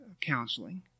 counseling